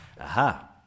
Aha